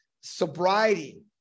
sobriety